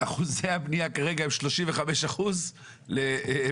אחוזי הבניה כרגע הם 35% למגרש,